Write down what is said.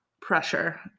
pressure